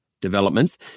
developments